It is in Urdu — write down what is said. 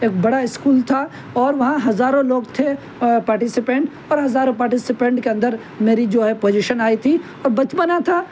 ایک بڑا اسکول تھا اور وہاں ہزاروں لوگ تھے پارٹیسپینٹ اور ہزاروں پارٹیسپینٹ کے اندر میری جو ہے پوزیشن آئی تھی اور بچپنا تھا